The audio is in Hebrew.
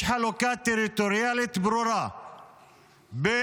יש חלוקה טריטוריאלית ברורה בין